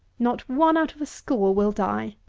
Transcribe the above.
not one out of a score will die.